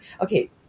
okay